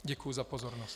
Děkuji za pozornost.